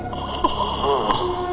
oh,